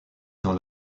dans